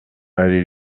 allée